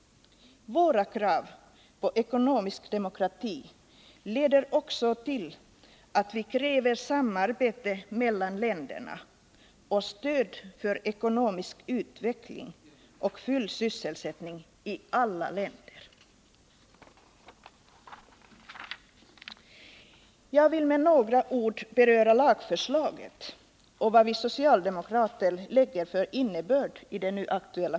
Våra krav på ekonomisk demokrati leder också till att vi kräver samarbete mellan länderna och stöd för ekonomisk utveckling och full sysselsättning i alla länder. Jag vill säga några ord om det nu aktuella lagförslaget och vad vi socialdemokrater lägger för innebörd i det.